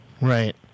Right